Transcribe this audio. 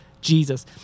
Jesus